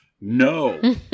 No